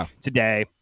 today